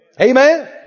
Amen